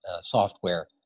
software